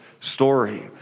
story